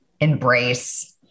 embrace